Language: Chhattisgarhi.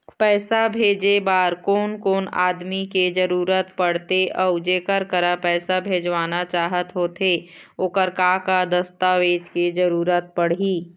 पैसा भेजे बार कोन कोन आदमी के जरूरत पड़ते अऊ जेकर करा पैसा भेजवाना चाहत होथे ओकर का का दस्तावेज के जरूरत पड़ही?